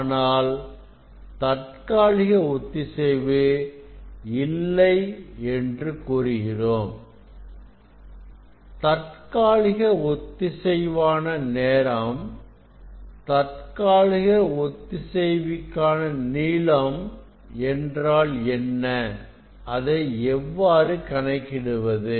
ஆனால் தற்காலிக ஒத்திசைவு இல்லை என்று கூறுகிறோம் தற்காலிக ஒத்திசைவான நேரம் தற்காலிக ஒத்திசைவான நீளம் என்றால் என்ன அதை எவ்வாறு கணக்கிடுவது